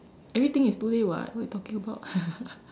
everything is two day [what] what you talking about